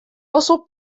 also